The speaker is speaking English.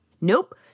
Nope